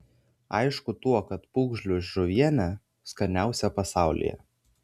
aišku tuo kad pūgžlių žuvienė skaniausia pasaulyje